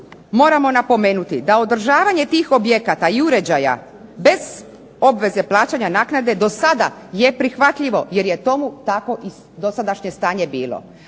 moramo napomenuti da održavanje tih objekata i uređaja bez obveze plaćanja naknade do sada je prihvatljivo jer je tomu tako i dosadašnje stanje bilo.